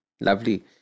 Lovely